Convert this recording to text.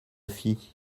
fit